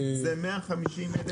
זה 150,000